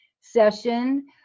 session